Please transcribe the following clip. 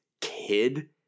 kid